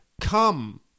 come